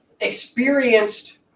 experienced